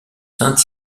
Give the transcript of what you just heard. saint